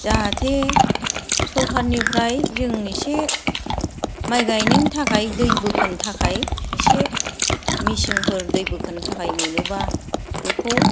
जाहाथे सोरकारनिफ्राय जों एसे माइ गायनायनि थाखाय दै बोखोनो थाखाय इसे दै मेचिनफोर बोखोनो थाखाय मोनोब्ला बेखौ